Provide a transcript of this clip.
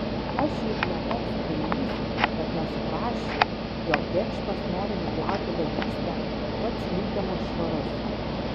aš juk ne toks kvailys kad nesuprasčiau jog kėkštas nori nuplauti vagystę pats likdamas švarus